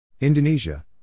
Indonesia